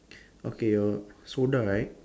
okay oh soda right